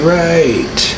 right